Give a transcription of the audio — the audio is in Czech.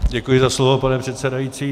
Děkuji za slovo, pane předsedající.